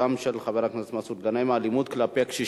גם היא של חבר הכנסת מסעוד גנאים: אלימות כלפי קשישים.